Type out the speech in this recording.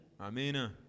Amen